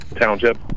township